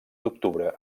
d’octubre